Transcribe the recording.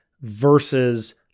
versus